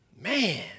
Man